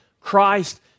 Christ